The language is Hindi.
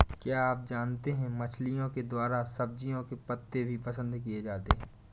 क्या आप जानते है मछलिओं के द्वारा सब्जियों के पत्ते भी पसंद किए जाते है